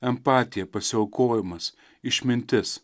empatija pasiaukojimas išmintis